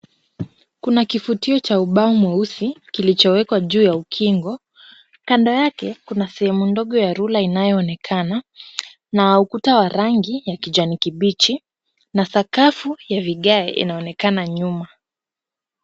Kuna kifutio cha ubao mweusi kilichowekwa juu ya ukingo. Kando yake kuna sehemu ndogo ya rula inayoonekana na ukuta wa rangi ya kijani kibichi na sakafu ya vigae inaonekana nyuma.